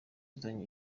izajya